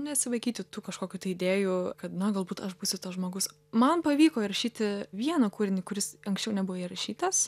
nesivaikyti tų kažkokių tai idėjų kad na galbūt aš būsiu tas žmogus man pavyko įrašyti vieną kūrinį kuris anksčiau nebuvo įrašytas